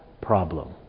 problem